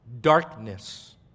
darkness